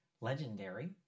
Legendary